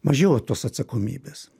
mažiau tos atsakomybės